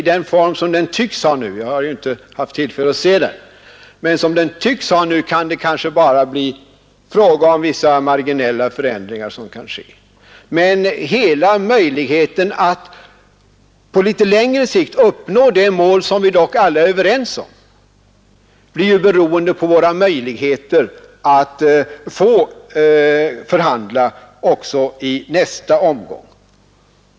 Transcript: I den form som den nu tycks ha — jag har inte haft tillfälle att studera den — kan det kanske bara bli fråga om vissa marginella förändringar, men möjligheten att på litet längre sikt nå det mål vi dock alla är överens om blir beroende på våra möjligheter att få förhandla också i nästa omgång.